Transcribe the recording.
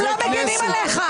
(חברת הכנסת נעמה לזימי יוצאת מחדר הוועדה)